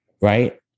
Right